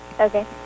Okay